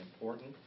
important